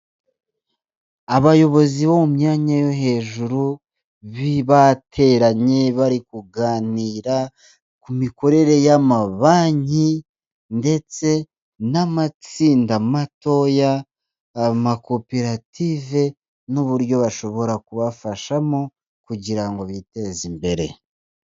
Abayobozi bo mu myanya yo hejuru bateranye, bari kuganira ku mikorere y'amabanki ndetse n'amatsinda matoya, amakoperative n'uburyo bashobora kubafashamo, kugira ngo biteze imbere.